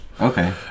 Okay